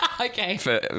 Okay